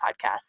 podcast